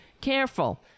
careful